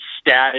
static